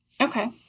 Okay